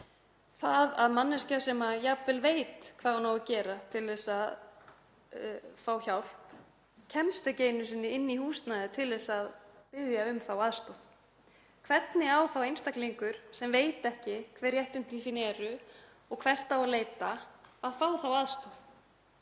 að manneskja sem jafnvel veit hvað hún á að gera til að fá hjálp komist ekki einu sinni inn í húsnæðið til að biðja um þá aðstoð. Hvernig á þá einstaklingur sem veit ekki hver réttindi hans eru og hvert á að leita að fá slíka aðstoð?